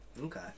Okay